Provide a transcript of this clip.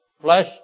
flesh